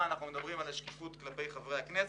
לגבי השקיפות כלפי חברי הכנסת: